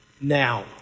Now